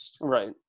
Right